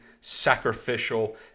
sacrificial